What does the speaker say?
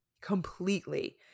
Completely